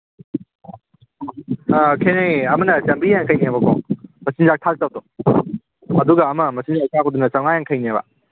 ꯑꯥ ꯈꯦꯠꯅꯩꯌꯦ ꯑꯃꯅ ꯆꯥꯝꯃꯔꯤ ꯌꯥꯡꯈꯩꯅꯦꯕꯀꯣ ꯃꯆꯤꯟꯖꯥꯛ ꯊꯥꯛꯇꯕꯗꯣ ꯑꯗꯨꯒ ꯑꯃ ꯃꯆꯤꯟꯖꯥꯛ ꯊꯥꯛꯄꯗꯨꯅ ꯆꯥꯝꯃꯉꯥ ꯌꯥꯡꯈꯩꯅꯦꯕ